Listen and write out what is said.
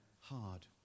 hard